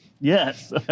Yes